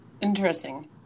Interesting